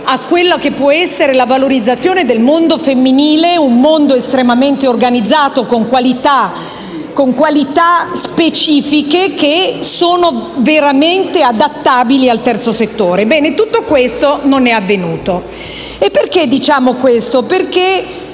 per esempio, alla valorizzazione del mondo femminile, un mondo estremamente organizzato, con qualità specifiche, che sono veramente adattabili al terzo settore. Bene, tutto ciò non è avvenuto. Perché diciamo questo? Perché,